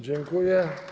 Dziękuję.